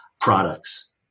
products